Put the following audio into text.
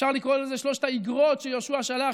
אפשר לקרוא לזה שלוש האיגרות שיהושע שלח,